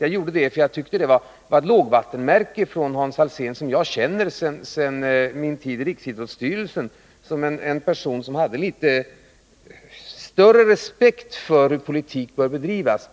Jag gjorde det därför att jag tyckte att det var ett lågvattenmärke i interpellationen från herr Alsén, som jag, sedan min tid i riksidrottsstyrelsen, känner som en person som hade litet större respekt för hur politik bör bedrivas.